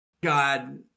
God